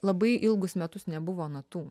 labai ilgus metus nebuvo natų